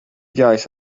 guys